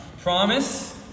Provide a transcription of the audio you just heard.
promise